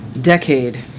decade